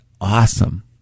awesome